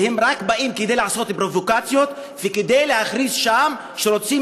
שהם באים רק כדי לעשות פרובוקציות ולהכריז שם שהם רוצים